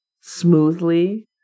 smoothly